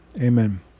Amen